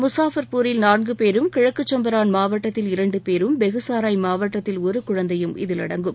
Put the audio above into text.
முசாஃபா்பூரில் நான்கு பேரும் கிழக்கு சம்பரான் மாவட்டத்தில் இரண்டு பேரும் பெகுசாராய் மாவட்டத்தில் ஒரு குழந்தையும் இதில் அடங்கும்